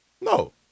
No